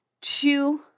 two